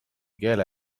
keele